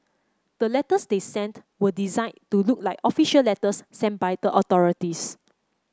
the letters they sent were designed to look like official letters sent by the authorities